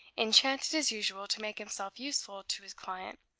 enchanted as usual to make himself useful to his client,